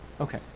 okay